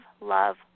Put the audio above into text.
love